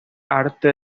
arte